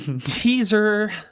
Teaser